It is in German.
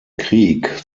krieg